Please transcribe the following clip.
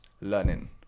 learning